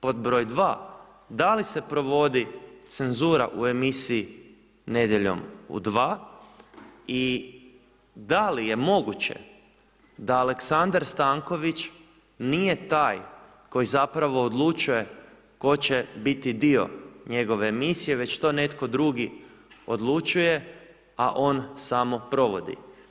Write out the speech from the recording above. Pod broj 2., da li se provodi cenzura u emisiji „Nedjeljom u 2“ i da li je moguće da Aleksandar Stanković nije taj koji zapravo odlučuje tko će biti dio njegove emisije već to netko drugi odlučuje a on samo provodi.